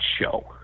show